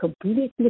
completely